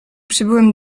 przybyłem